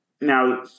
Now